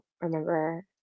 remember